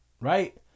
right